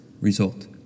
Result